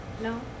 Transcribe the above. No